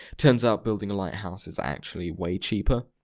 turns out building a lighthouse is actually way cheaper,